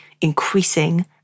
increasing